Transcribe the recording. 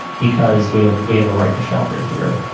because we have we have a right to shelter here.